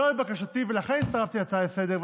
זוהי בקשתי, ולכן הצטרפתי להצעה לסדר-היום.